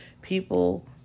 People